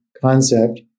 concept